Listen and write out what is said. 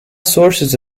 sources